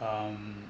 um